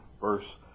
verse